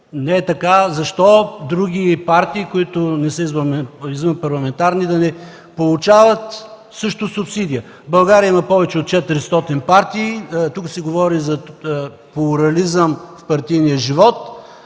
не е така: защо други партии, които са извънпарламентарни, също получават субсидия? В България има повече от 400 партии. Тук се говори за плурализъм в партийния живот.